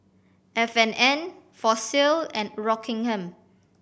F and N Fossil and Rockingham